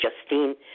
Justine